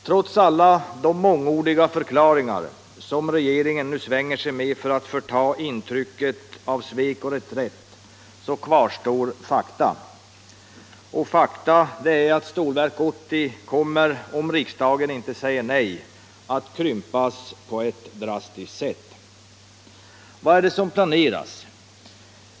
Trots alla de mångordiga förklaringar som regeringen nu svänger sig med för att förta intrycket av svek och reträtt kvarstår faktum att Stålverk 80 kommer, om riksdagen inte säger nej, att krympas på ett drastiskt sätt. Vad är det som planeras?